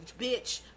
bitch